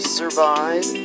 survive